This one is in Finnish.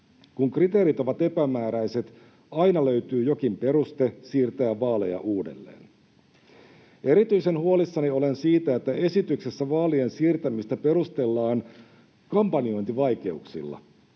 Kun kriteerit ovat epämääräiset, aina löytyy jokin peruste siirtää vaaleja uudelleen. Erityisen huolissani olen siitä, että esityksessä vaalien siirtämistä perustellaan kampanjointivaikeuksilla.